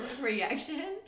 reaction